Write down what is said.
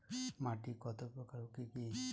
মাটি কতপ্রকার ও কি কী?